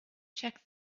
check